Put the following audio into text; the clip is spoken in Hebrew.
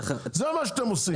זה מה שאתם עושים.